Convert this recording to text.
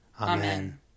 Amen